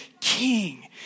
king